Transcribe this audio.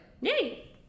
Yay